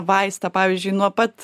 vaistą pavyzdžiui nuo pat